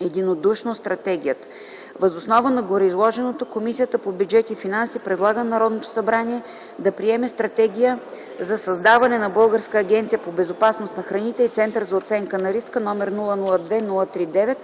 единодушно стратегията. Въз основа на гореизложеното Комисията по бюджет и финанси предлага на Народното събрание да приеме Стратегия за създаване на Българска агенция по безопасност на храните и Център за оценка на риска, № 002-03-9,